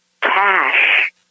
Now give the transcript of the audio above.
cash